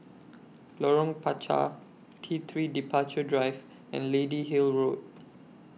Lorong Panchar T three Departure Drive and Lady Hill Road